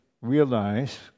realize